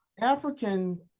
African